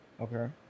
Okay